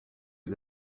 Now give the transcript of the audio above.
aux